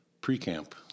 pre-camp